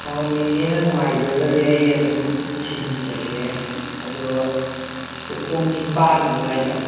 ꯍꯣꯏ ꯅꯦꯅꯦꯅ ꯅꯨꯡꯉꯥꯏꯖꯗꯗꯤ ꯑꯩ ꯑꯗꯨꯝ ꯊꯤꯟꯖꯒꯦ ꯑꯗꯣ ꯄꯨꯡ ꯅꯤꯄꯥꯟ ꯑꯗꯨꯋꯥꯏꯗ